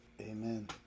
Amen